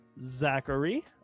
zachary